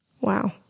Wow